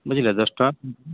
ବୁଝିଲେ ଦଶ ଟଙ୍କା